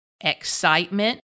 excitement